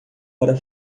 para